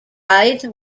died